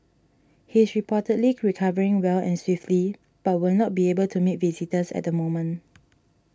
he is reportedly recovering well and swiftly but will not be able to meet visitors at the moment